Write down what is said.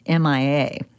MIA